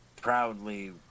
proudly